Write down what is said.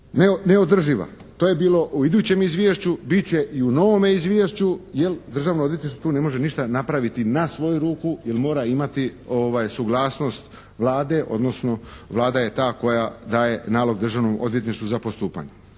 neodrživa. To je bilo u idućem izvješću, bit će i u novome izvješću. Jer Državno odvjetništvo tu ne može ništa napraviti na svoju ruku jer mora imati suglasnost Vlade, odnosno Vlada je ta koja daje nalog državnom odvjetništvu za postupanje.